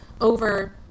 over